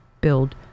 build